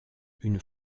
une